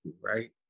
right